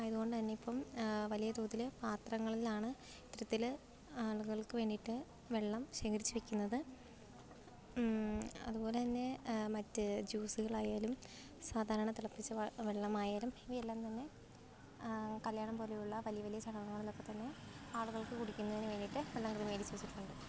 ആയതു കൊണ്ടു തന്നെ ഇപ്പം വലിയ തോതിൽ പാത്രങ്ങളിലാണ് ഇത്തരത്തിൽ ആളുകൾക്ക് വേണ്ടിയിട്ട് വെള്ളം ശേഖരിച്ച് വെക്കുന്നത് അതു പോലെ തന്നെ മറ്റ് ജ്യൂസുകളായാലും സാധാരണ തിളപ്പിച്ച് വെള്ളമായാലും ഇവയെല്ലാം തന്നെ കല്ല്യാണം പോലെയുള്ള വലിയ വലിയ ചടങ്ങുകളിലൊക്കെ തന്നെ ആളുകൾക്ക് കുടിക്കുന്നതിനു വേണ്ടിയിട്ട് വെള്ളം ക്രമീകരിച്ച് വെക്കുന്നു